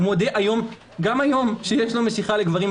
הוא מודה גם היום שיש לו משיכה לגברים.